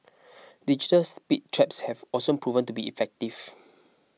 digital speed traps have also proven to be effective